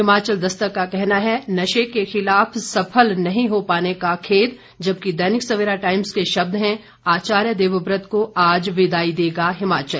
हिमाचल दस्तक का कहना है नशे के खिलाफ सफल नहीं हो पाने का खेद जबकि दैनिक सवेरा टाइम्स के शब्द हैं आचार्य देवव्रत को आज विदाई देगा हिमाचल